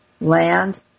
land